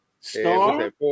Star